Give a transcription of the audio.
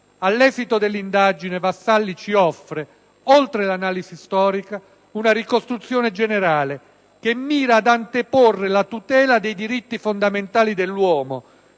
All'esito dell'indagine Vassalli ci offre, oltre l'analisi storica, una ricostruzione generale che mira ad anteporre la tutela dei diritti fondamentali dell'uomo